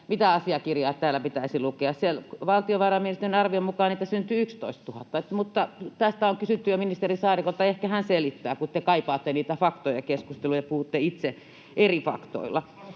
mitä asiakirjaa täällä pitäisi lukea. Valtiovarainministeriön arvion mukaan niitä syntyy 11 000. Mutta tästä on jo kysytty ministeri Saarikolta. Ehkä hän selittää, kun te kaipaatte niitä faktoja ja keskustelua ja puhutte itse eri faktoilla.